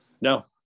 no